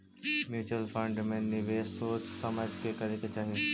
mutual fund में निवेश सोच समझ के करे के चाहि